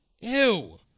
Ew